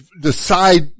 decide